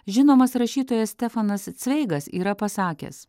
žinomas rašytojas stefanas cveigas yra pasakęs